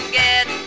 get